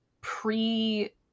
pre-